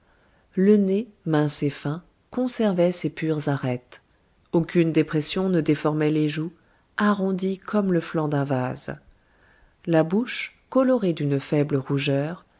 le nez mince et fin conservait ses pures arêtes aucune dépression ne déformait les joues arrondies comme le flanc d'un vase la bouche colorée d'une faible rougeur